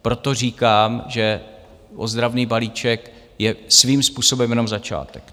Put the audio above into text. Proto říkám, že ozdravný balíček je svým způsobem jenom začátek.